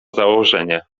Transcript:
założenie